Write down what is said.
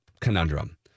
conundrum